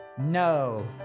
No